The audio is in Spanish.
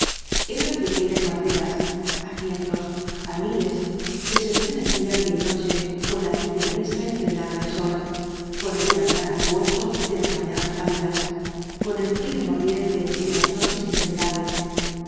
eran pequeñas banderas á cientos á miles que se estremecían día y noche con la tibia bri sa impregnada de sol con el huracán acuoso de las mañanas pálidas con el frío mordiente de las noches interminables